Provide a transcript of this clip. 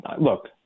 look